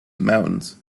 mountains